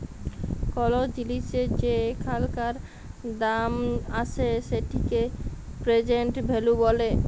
call জিলিসের যে এখানকার দাম আসে সেটিকে প্রেজেন্ট ভ্যালু ব্যলে